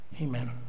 Amen